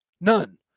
none